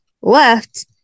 left